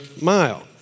mile